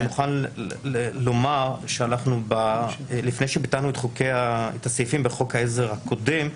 אני מוכרח לומר שלפני שביטלנו את הסעיפים בחוק העזר הקודם,